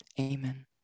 amen